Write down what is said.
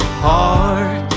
heart